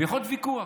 ויכול להיות ויכוח,